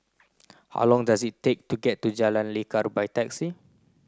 how long does it take to get to Jalan Lekar by taxi